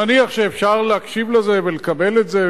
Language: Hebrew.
נניח שאפשר להקשיב לזה ולקבל את זה,